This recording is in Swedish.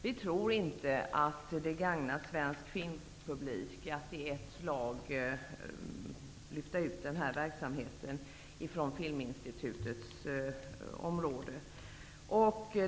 Vi tror inte att det gagnar svensk filmpublik att i ett slag lyfta ut den här verksamheten från Filminstitutets område.